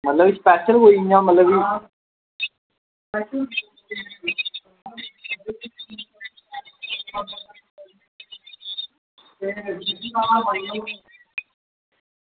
आं पैकेट मतलब इंया की